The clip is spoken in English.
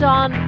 on